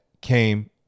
came